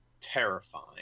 terrifying